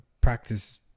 practice